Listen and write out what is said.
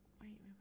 wait